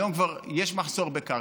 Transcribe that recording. היום כבר יש מחסור בקרקע.